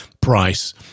price